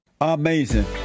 Amazing